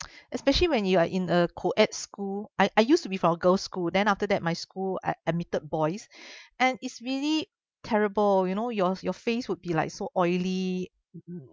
especially when you are in a co-ed school I I used to be for girl's school then after that my school ad~ admitted boys and it's really terrible you know your your face would be like so oily